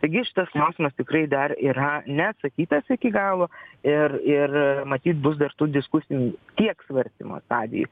taigi šitas klausimas dar yra neatsakytas iki galo ir ir matyt bus dar tų diskusijų tiek svarstymo stadijoj